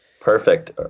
perfect